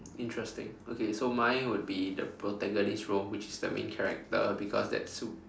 interesting okay so mine would be the protagonist role which is the main character because that's w~